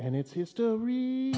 and its history